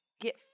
Get